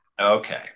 Okay